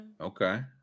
Okay